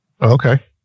Okay